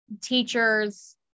teachers